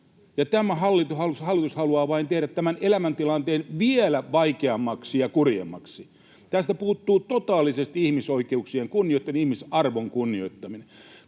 tämä hallitus haluaa vain tehdä tämän elämäntilanteen vielä vaikeammaksi ja kurjemmaksi. Tästä puuttuu totaalisesti ihmisoikeuksien kunnioittaminen, ihmisarvon kunnioittaminen.